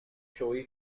showy